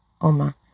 Oma